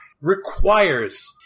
requires